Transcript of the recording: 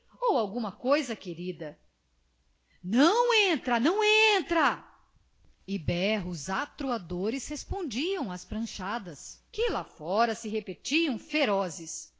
ou alguma coisa querida não entra não entra e berros atroadores respondiam às pranchadas que lá fora se repetiam ferozes